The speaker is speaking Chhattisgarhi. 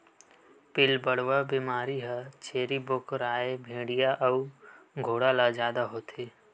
पिलबढ़वा बेमारी ह छेरी बोकराए भेड़िया अउ घोड़ा ल जादा होथे